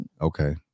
Okay